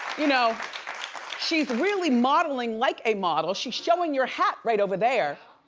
you know she's really modeling like a model. she's showing your hat right over there.